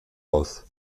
aus